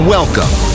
Welcome